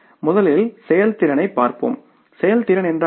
முதலில் செயல்திறனைப் பார்ப்போம் செயல்திறன் என்றால் என்ன